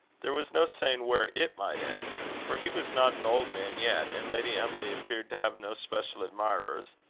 there was no saying where it might end for he was not an old man yet, and lady emily appeared to have no special admirers.